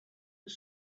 its